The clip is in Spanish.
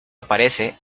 aparece